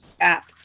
app